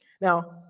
Now